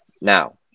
now